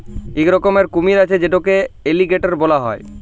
ইক রকমের কুমির আছে যেটকে এলিগ্যাটর ব্যলা হ্যয়